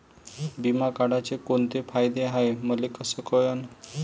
बिमा काढाचे कोंते फायदे हाय मले कस कळन?